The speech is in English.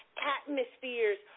atmospheres